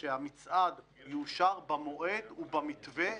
ולא מתכוונים לבטל מצעדים.